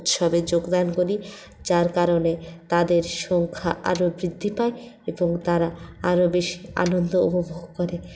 উৎসবে যোগদান করি যার কারণে তাদের সংখ্যা আরো বৃদ্ধি পায় এবং তারা আরো বেশি আনন্দ উপভোগ করে